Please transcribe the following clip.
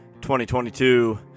2022